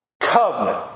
covenant